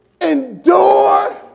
endure